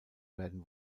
werden